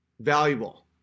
valuable